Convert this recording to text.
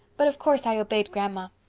but of course i obeyed grandma.